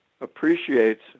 appreciates